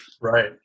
Right